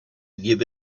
give